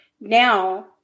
now